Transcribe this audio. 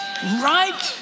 Right